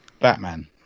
batman